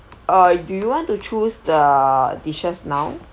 uh do you want to choose the dishes now